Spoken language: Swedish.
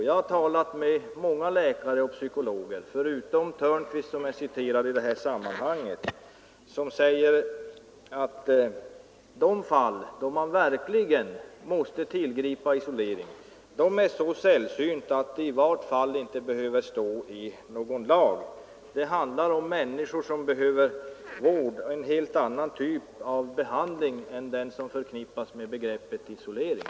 Jag har talat med många läkare och psykologer, förutom dr Törnqvist som jag citerade, och de säger att de fall då man verkligen måste tillgripa isolering är så sällsynta att de inte behöver stå i någon lag. Det handlar om människor som behöver vård och en helt annan typ av behandling än den som förknippas med begreppet isolering.